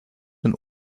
den